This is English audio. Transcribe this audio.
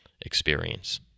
experience